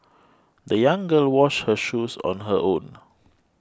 the young girl washed her shoes on her own